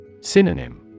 Synonym